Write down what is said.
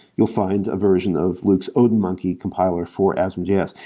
you'll find a version of luke's odinmonkey compiler for asm js.